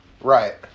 Right